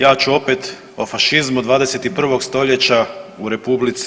Ja ću opet o fašizmu 21. stoljeća u RH.